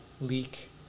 leak